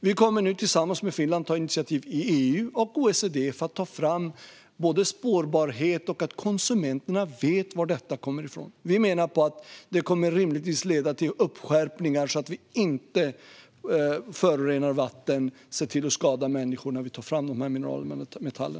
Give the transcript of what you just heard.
Vi kommer nu tillsammans med Finland att ta initiativ i EU och i OECD för att se till att dessa jordartsmetaller och mineraler blir spårbara så att konsumenterna vet var de kommer från. Vi menar att det rimligtvis kommer att leda till skärpningar, så att vi inte förorenar vatten eller skadar människor när vi tar fram dessa mineraler och metaller.